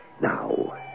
Now